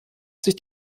sich